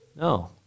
No